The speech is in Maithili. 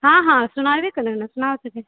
हँ हँ सुनेबै कैले ने सुना सकै छी